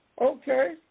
okay